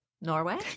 Norway